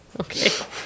Okay